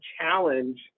challenge